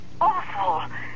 awful